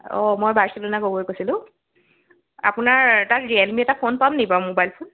অ' মই বাৰ্চিল'না গগৈ কৈছিলোঁ আপোনাৰ তাত এটা ফোন পামনি ৰিয়েলমি ফোন